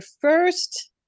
first